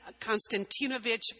Konstantinovich